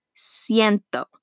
siento